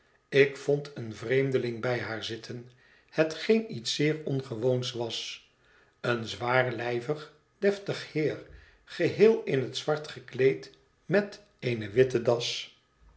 ik vond een vreemdeling bij haar zitten hetgeen iets zeer ongewoons was een zwaarlijvig deftig heer geheel in het zwart gekleed met eene witte das